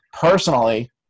Personally